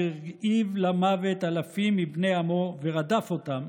שהרעיב למוות אלפים מבני עמו ורדף אותם,